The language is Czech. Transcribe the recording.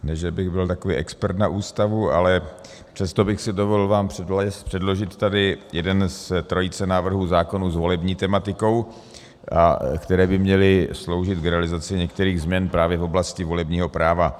Ne že bych byl takový expert na Ústavu, ale přesto bych si dovolil vám předložit jeden z trojice návrhů zákonů s volební tematikou, které by měly sloužit k realizaci některých změn právě v oblasti volebního práva.